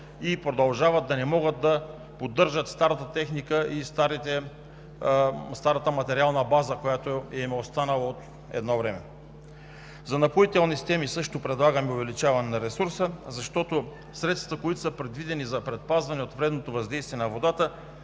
и продължават да не могат да поддържат старата техника – старата материална база, която им е останала от едно време. За „Напоителни системи“ също предлагаме увеличаване на ресурса, защото средствата, които са предвидени за предпазване от вредното въздействие на водата,